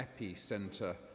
epicenter